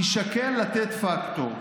יישקל לתת פקטור.